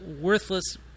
worthless